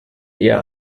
eher